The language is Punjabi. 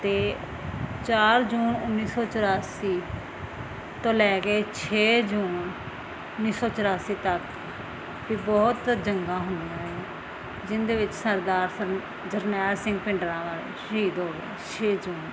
ਅਤੇ ਚਾਰ ਜੂਨ ਉੱਨੀ ਸੌ ਚੁਰਾਸੀ ਤੋਂ ਲੈ ਕੇ ਛੇ ਜੂਨ ਉੱਨੀ ਸੋ ਚੁਰਾਸੀ ਤੱਕ ਵੀ ਬਹੁਤ ਜੰਗਾਂ ਹੋਈਆਂ ਹੈ ਜਿਹਦੇ ਵਿੱਚ ਸਰਦਾਰ ਫਨ ਜਰਨੈਲ ਸਿੰਘ ਭਿੰਡਰਾਵਾਲੇ ਸ਼ਹੀਦ ਹੋਏ ਛੇ ਜੂਨ ਨੂੰ